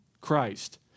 Christ